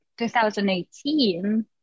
2018